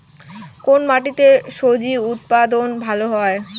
কোন মাটিতে স্বজি উৎপাদন ভালো হয়?